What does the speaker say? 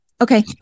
Okay